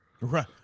Right